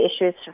issues